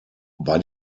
bei